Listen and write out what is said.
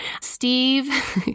Steve